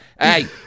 Hey